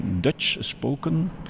Dutch-spoken